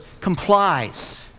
complies